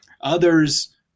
Others